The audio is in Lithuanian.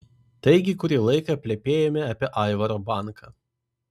taigi kurį laiką plepėjome apie aivaro banką